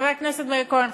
חבר הכנסת מאיר כהן,